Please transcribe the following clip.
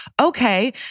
Okay